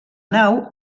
nau